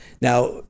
Now